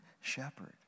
shepherd